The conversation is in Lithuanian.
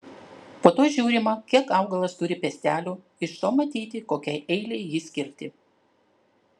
po to žiūrima kiek augalas turi piestelių iš to matyti kokiai eilei jį skirti